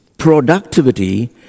Productivity